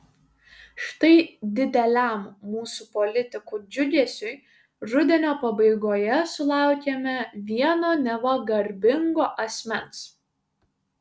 štai dideliam mūsų politikų džiugesiui rudenio pabaigoje sulaukėme vieno neva garbingo asmens